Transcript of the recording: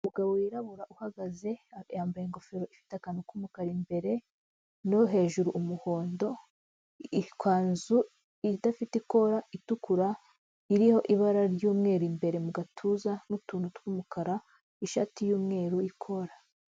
Umugabo wirabura uhagaze yambaye ingofero ifite akantu k'umukara imbere no hejuru umuhondo, ikanzu idafite ikora itukura, iriho ibara ry'umweru imbere mu gatuza n'utuntu tw'umukara, ishati y'umweru, ikora.